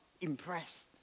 impressed